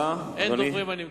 אין דוברים, אני מקווה.